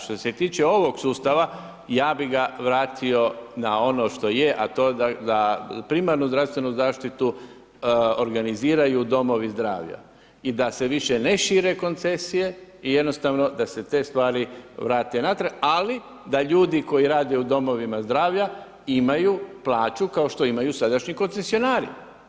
Što se tiče ovog sustava, ja bih ga vratio na ono što je, a to da primarnu zdravstvenu zaštitu organiziraju domovi zdravlja i da se više ne šire koncesije i jednostavno da se te stvari vrate natrag, ali da ljudi koji rade u domovima zdravlja imaju plaću kao što imaju sadašnji koncesionari.